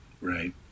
Right